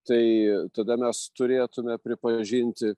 tai tada mes turėtume pripažinti